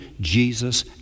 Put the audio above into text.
Jesus